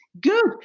good